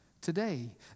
today